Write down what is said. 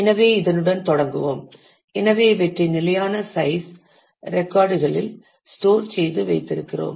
எனவே இதனுடன் தொடங்குவோம் எனவே இவற்றை நிலையான சைஸ் ரெக்கார்ட் களில் ஸ்டோர் செய்து வைத்திருக்கிறோம்